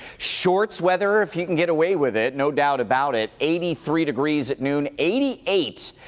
shorts weather, if you can get away with it, no doubt about it, eighty three degrees at noon. eighty eight.